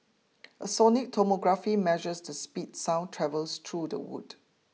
a sonic tomography measures the speed sound travels through the wood